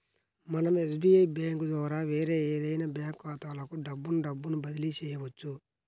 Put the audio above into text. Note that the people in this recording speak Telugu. మనం ఎస్బీఐ బ్యేంకు ద్వారా వేరే ఏదైనా బ్యాంక్ ఖాతాలకు డబ్బును డబ్బును బదిలీ చెయ్యొచ్చు